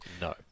No